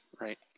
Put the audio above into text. right